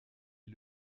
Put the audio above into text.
est